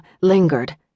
lingered